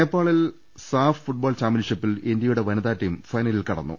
നേപ്പാളിൽ SAFF football ചാമ്പ്യൻഷിപ്പിൽ ഇന്ത്യയുടെ വനിത ടീം ഫൈനലിൽ കടന്നു